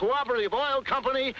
co operative oil company